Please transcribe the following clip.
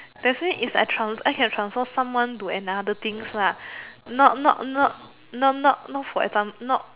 definitely if I trans~ I can transfer someone to another things lah not not not not not not for exam not